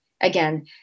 again